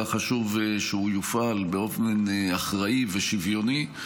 כך חשוב שהוא יופעל באופן אחראי ושוויוני,